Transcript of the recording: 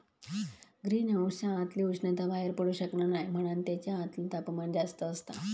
green हाउसच्या आतली उष्णता बाहेर पडू शकना नाय म्हणान तेच्या आतला तापमान जास्त असता